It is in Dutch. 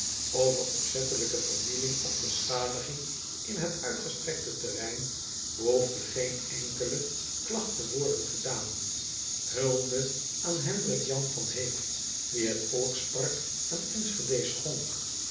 ver opzettelijke vernieling of beschadiging in het uitgestrekte terrein behoefde geen enkele klagt te worden gedaan ulde aan e n d r i k a n v a n e e k die het volkspark aan nschede schonk